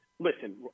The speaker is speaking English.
Listen